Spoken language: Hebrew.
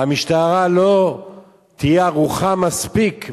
המשטרה לא תהיה ערוכה מספיק,